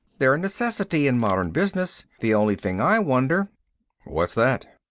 they're a necessity in modern business. the only thing i wonder what's that?